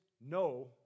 no